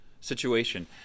situation